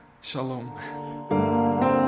Shalom